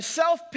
self